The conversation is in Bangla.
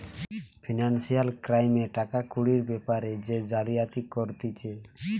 ফিনান্সিয়াল ক্রাইমে টাকা কুড়ির বেপারে যে জালিয়াতি করতিছে